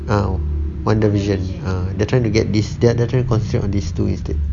now wonder vision ah they're trying to get this they they are trying to concentrate these two instead